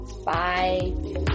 Bye